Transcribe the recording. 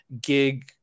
gig